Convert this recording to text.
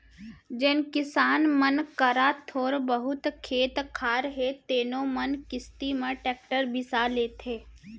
जेन किसान मन करा थोर बहुत खेत खार हे तेनो मन किस्ती म टेक्टर बिसा लेथें